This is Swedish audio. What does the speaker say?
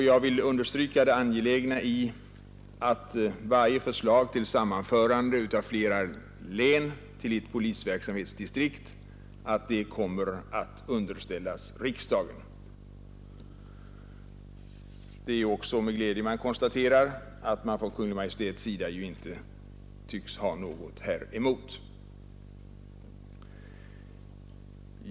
Jag vill understryka det angelägna i att varje förslag till sammanförande av flera län till ett polisverksamhetsområde kommer att underställas riksdagen. Det är också med tillfredsställelse jag konstaterar att Kungl. Maj:t inte tycks ha någonting häremot.